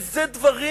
אלה דברים,